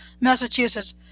Massachusetts